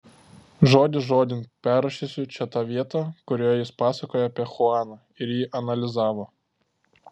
žodis žodin perrašysiu čia tą vietą kurioje jis pasakojo apie chuaną ir jį analizavo